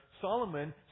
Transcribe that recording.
Solomon